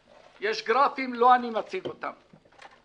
יש גרפים, לא אני מציג אותם.